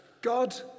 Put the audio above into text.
God